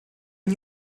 and